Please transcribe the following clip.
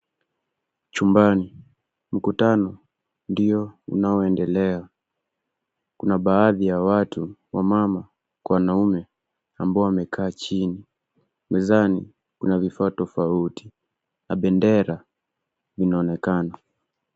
Chumbani mkutano ndio unaondelea kuna baadhi ya watu wamama kwa wanaume ambao wamekaa chini mezani kuna vifaa tofauti na bendera inaonekana